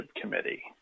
committee